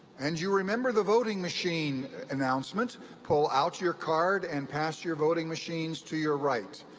and you remember the voting machine announcement pull out your card and pass your voting machines to your right.